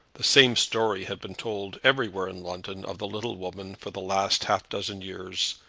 the same story had been told everywhere in london of the little woman for the last half dozen years,